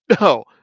No